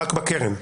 רק בקרן.